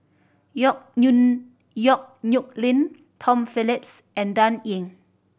Yong Yong Nyuk Lin Tom Phillips and Dan Ying